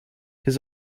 his